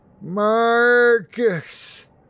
Marcus